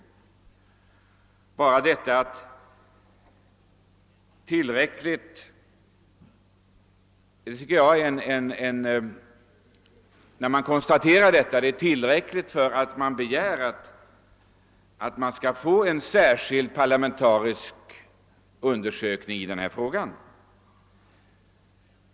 Enbart detta förhållande tycker jag är tillräckligt underlag för en begäran om en särskild parlamen tarisk utredning i denna fråga.